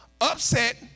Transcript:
upset